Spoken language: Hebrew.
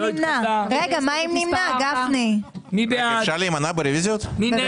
יעשו את העבודה שלהם נאמנה ובאופן אובייקטיבי וכולי.